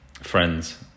friends